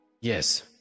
yes